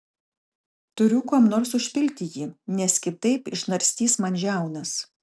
turiu kuom nors užpilti jį nes kitaip išnarstys man žiaunas